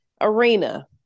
arena